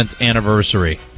anniversary